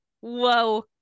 Whoa